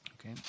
okay